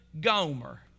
Gomer